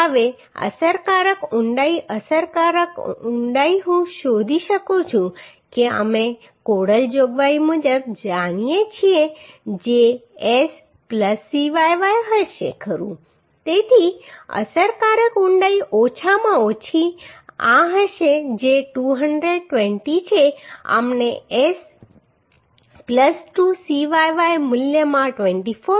હવે અસરકારક ઊંડાઈ અસરકારક ઊંડાઈ હું શોધી શકું છું કે અમે કોડલ જોગવાઈ મુજબ જાણીએ છીએ જે S Cyy હશે ખરું તેથી અસરકારક ઊંડાઈ ઓછામાં ઓછી આ હશે જે 220 છે અમને S 2 Cyy મૂલ્યમાં 24